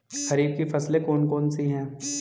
खरीफ की फसलें कौन कौन सी हैं?